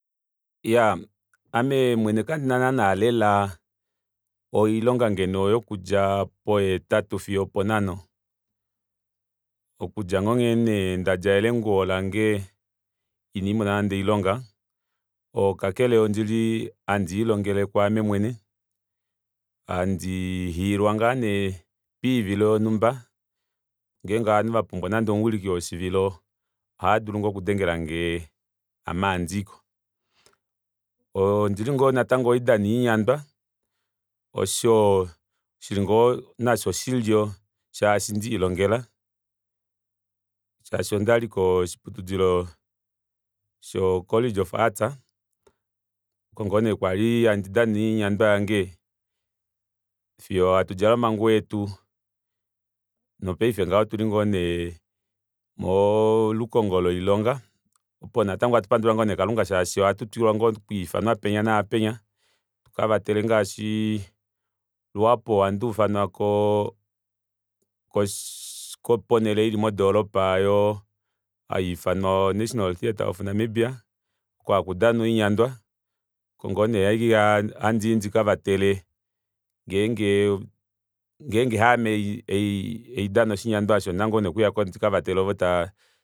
Iyaa ame mwene kandina naana oilonga ngeno yokudja po hetatu fiyo opo nhano okudja nghoo nee dadjalele enguwo lange ina ndimona nande oilonga kakele ondili handiilongele kwaame mwene handi hiilwa ngoo nee poivilo yonumba ngenge ovanhu ovapumbwa nande omuwiliki woshivilo ohaadulu nee okudengelange ame handiiko ondili ngoo natango ohaidana oinyandwa osho shili ngoo oshilyo shaasho ndelilongela shaashi ondali koshiputudilo sho college of arts okongoone kwali hatu dana oinyandwa yange fiyo hatu djala omanguwo etu nomopaife ngaha otuli ngoo nee molukongo loilong aopo natango ohatu pandula ngoo nee kalunga shaashi ohatu dulu ngoo okwiifanwa penya naapenya tuka vatele ngaashi luhapu ohanduufanwa ponele ili mo doropa oyo hayuufanwa national theatre of namibia okongo nee handii ndikavatele ngenge haame haidana oshinyandwa aasho ondina ngoo nee okuyako ndikavatele ovo taa